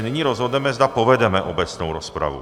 Nyní rozhodneme, zda povedeme obecnou rozpravu.